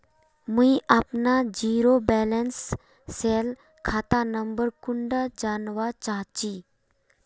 मुई अपना zero balance सेल खाता नंबर कुंडा जानवा चाहची?